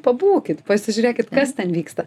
pabūkit pasižiūrėkit kas ten vyksta